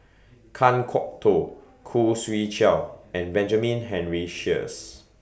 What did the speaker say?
Kan Kwok Toh Khoo Swee Chiow and Benjamin Henry Sheares